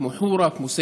כמו חורה,